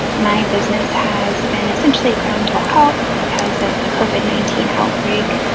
my business has been essentially ground to a halt because of the covid nineteen outbreak.